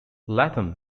latham